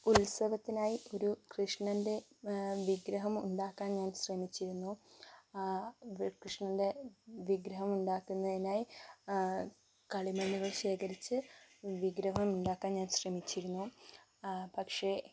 ഉത്സവത്തിനായി ഒരു കൃഷ്ണൻ്റെ വിഗ്രഹം ഉണ്ടാക്കാൻ ഞാൻ ശ്രമിച്ചിരുന്നു കൃഷ്ണൻ്റെ വിഗ്രഹം ഉണ്ടാക്കുന്നതിനായി കളിമണ്ണുകൾ ശേഖരിച്ച് വിഗ്രഹം ഉണ്ടാക്കാൻ ഞാൻ ശ്രമിച്ചിരുന്നു പക്ഷെ